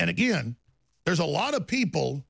and again there's a lot of people